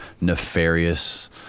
nefarious